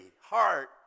heart